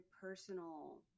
personal